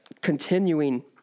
continuing